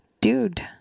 dude